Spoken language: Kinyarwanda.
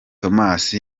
tomas